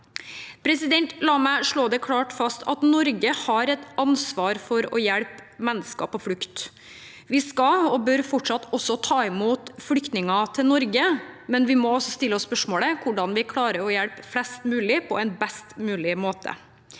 nærområdene. La meg slå det klart fast: Norge har et ansvar for å hjelpe mennesker på flukt. Vi skal og bør fortsatt ta imot flyktninger til Norge, men vi må også stille oss spørsmålet: Hvordan klarer vi å hjelpe flest mulig på en best mulig måte?